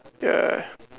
ya ya ya